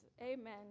Amen